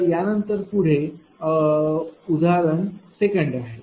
तर यानंतर पुढे उदाहरण 2 आहे